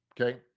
okay